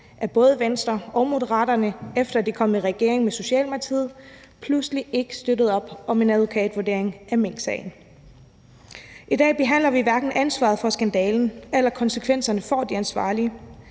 at både Venstre og Moderaterne, efter de kom i regering med Socialdemokratiet, pludselig ikke støttede op om en advokatvurdering af minksagen. I dag behandler vi hverken ansvaret for skandalen eller konsekvenserne for de ansvarlige.